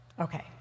Okay